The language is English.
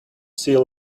sea